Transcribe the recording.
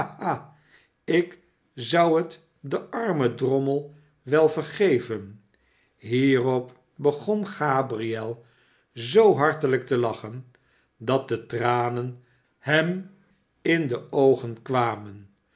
ik zou het den armen drommel wel vergeven hierop begon gabriel zoo hartelijk te lachen dat de tranen hem in de oogen kwamen